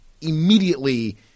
immediately –